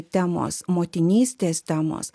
temos motinystės temos